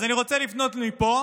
אז אני רוצה לפנות מפה